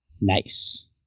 Nice